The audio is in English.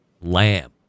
Lamb